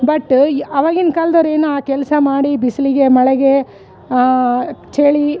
but ಈ ಅವಾಗಿನ ಕಾಲ್ದೊರು ಏನು ಆ ಕೆಲಸ ಮಾಡಿ ಬಿಸ್ಲಿಗೆ ಮಳೆಗೆ ಚಳಿ